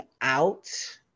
out